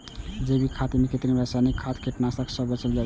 जैविक खेती मे कृत्रिम, रासायनिक खाद, कीटनाशक सं बचल जाइ छै